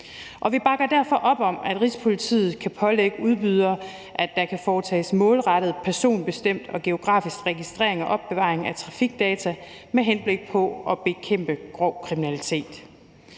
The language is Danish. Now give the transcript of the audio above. Vi bakker derfor op om, at Rigspolitiet kan pålægge udbydere, at der kan foretages målrettet, personbestemt og geografisk registrering og opbevaring af trafikdata med henblik på at bekæmpe grov kriminalitet.